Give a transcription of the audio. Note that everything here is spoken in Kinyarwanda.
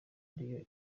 ariyo